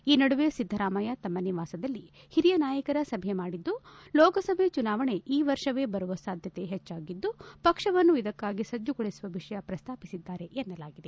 ಈ ನಡುವೆ ಸಿದ್ದರಾಮಯ್ಯ ತಮ್ಮ ನಿವಾಸದಲ್ಲಿ ಹಿರಿಯ ನಾಯಕರ ಸಭೆ ಮಾಡಿದ್ದು ಲೋಕಸಭೆ ಚುನಾವಣೆ ಈ ವರ್ಷವೇ ಬರುವ ಸಾಧ್ಯತೆ ಹೆಚ್ಚಾಗಿದ್ದು ಪಕ್ಷವನ್ನು ಇದಕ್ಕಾಗಿ ಸಜ್ಜುಗೊಳಿಸುವ ವಿಷಯ ಪ್ರಸ್ತಾಪಿಸಿದ್ದಾರೆ ಎನ್ನಲಾಗಿದೆ